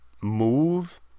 move